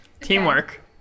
Teamwork